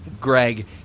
Greg